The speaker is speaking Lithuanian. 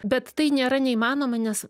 bet tai nėra neįmanoma nes